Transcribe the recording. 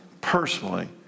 personally